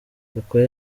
gakwaya